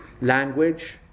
language